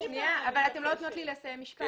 אבל אתן לא נותנות לי לסיים משפט.